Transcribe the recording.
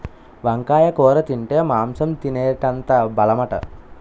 వంకాయ కూర తింటే మాంసం తినేటంత బలమట